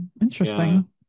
interesting